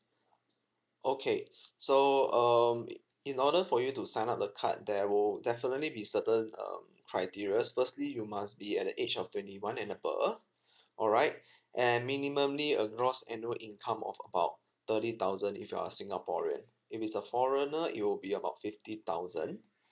okay so um it in order for you to sign up the card there will definitely be certain um criteria's firstly you must be at the age of twenty one and above alright and minimally a gross annual income of about thirty thousand if you're singaporean if it's a foreigner it will be about fifty thousand